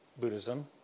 Buddhism